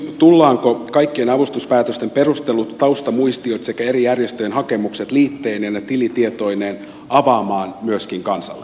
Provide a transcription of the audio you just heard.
tullaanko kaikkien avustuspäätösten perustelut taustamuistiot sekä eri järjestöjen hakemukset liitteineen ja tilitietoineen avaamaan myöskin kansalle